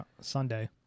Sunday